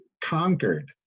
conquered